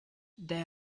they